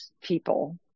people